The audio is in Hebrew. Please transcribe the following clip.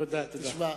תודה, תודה.